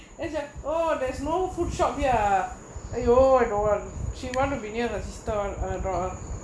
is a oh there's no food shop ya !aiyo! I don't she want to be near has assistant a drawer